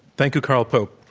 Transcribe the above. thank you, carl pope.